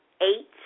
eight